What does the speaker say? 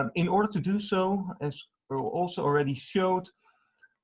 um in order to do so as earle also already showed